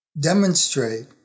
demonstrate